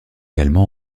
également